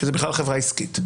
שזאת בכלל חברה עסקית.